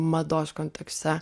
mados kontekste